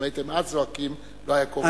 אם הייתם אז זועקים לא היה קורה,